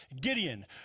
Gideon